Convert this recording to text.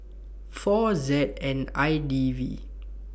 four Z N I D V